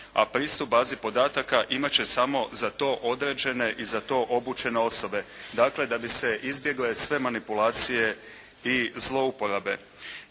a pristup bazi podataka imati će samo za to određene i za to obučene osobe. Dakle, da bi se izbjegle sve manipulacije i zlouporabe.